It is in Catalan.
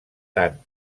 tant